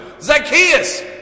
Zacchaeus